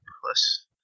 plus